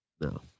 No